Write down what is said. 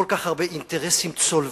כל כך הרבה אינטרסים צולבים,